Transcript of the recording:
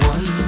One